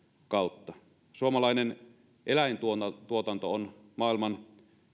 kautta suomalainen eläintuotanto on maailman